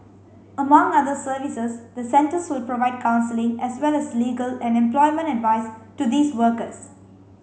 among other services the centres will provide counselling as well as legal and employment advice to these workers